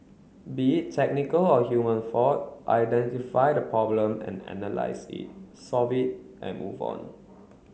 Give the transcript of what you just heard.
be it technical or human fault identify the problem and analyse it solve it and move on